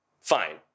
fine